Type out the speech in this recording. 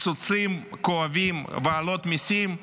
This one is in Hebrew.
קיצוצים כואבים והעלאות מיסים,